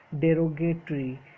derogatory